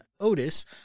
Otis